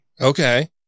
Okay